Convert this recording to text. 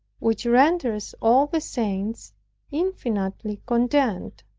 which renders all the saints infinitely content,